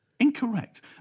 Incorrect